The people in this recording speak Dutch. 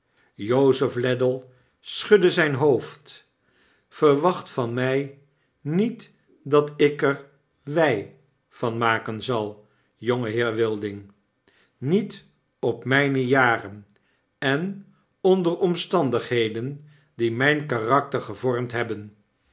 jozef ladle schudde zyn hoofd verwacht van my niet dat ik er mij van maken zal jongeheer wilding niet op myne jaren en onder omstandigheden die myn karakter gevormd hebben